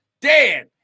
dead